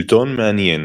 שלטון מעניין